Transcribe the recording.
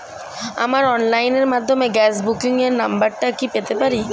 আমার অনলাইনের মাধ্যমে গ্যাস বুকিং এর নাম্বারটা কি পেতে পারি?